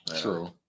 True